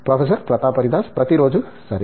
professor Pratap Haridas ప్రతిరోజూ సరే